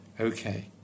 Okay